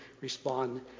respond